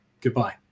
goodbye